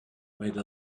made